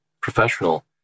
professional